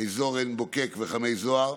אזור עין בוקק וחמי זוהר,